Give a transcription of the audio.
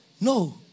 no